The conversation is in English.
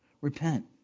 Repent